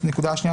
הנקודה השנייה,